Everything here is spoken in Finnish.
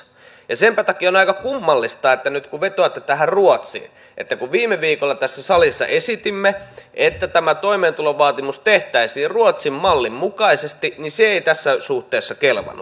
ja senpä takia on aika kummallista että nyt kun vetoatte tähän ruotsiin niin kun viime viikolla tässä salissa esitimme että tämä toimeentulovaatimus tehtäisiin ruotsin mallin mukaisesti niin se ei tässä suhteessa kelvannut